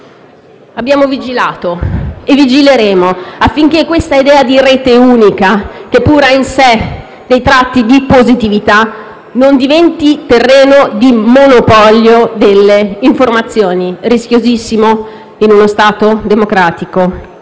Abbiamo vigilato e vigileremo affinché l'idea di rete unica, che pure ha in sé dei tratti di positività, non diventi terreno di monopolio delle informazioni, rischiosissimo in uno Stato democratico